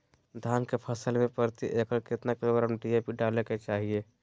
धान के फसल में प्रति एकड़ कितना किलोग्राम डी.ए.पी डाले के चाहिए?